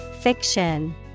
Fiction